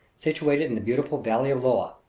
situated in the beautiful valley of lloa,